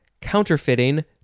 counterfeiting